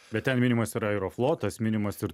bet ten minimas ir aeroflotas minimas ir